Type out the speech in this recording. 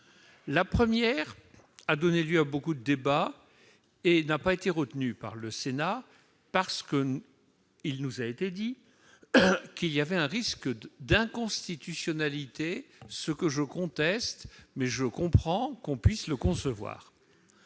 La première a donné lieu à beaucoup de débats et n'a pas été retenue par le Sénat, qui a estimé qu'il existait un risque d'inconstitutionnalité- je le conteste, mais je comprends qu'on puisse le concevoir.